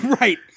Right